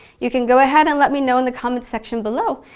you can go ahead and let me know in the comments section below.